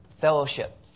fellowship